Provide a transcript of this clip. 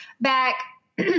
back